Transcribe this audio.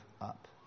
up